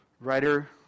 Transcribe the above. Writer